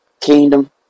Kingdom